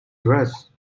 dress